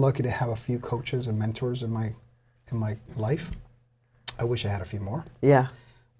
lucky to have a few coaches and mentors in my in my life i wish i had a few more yeah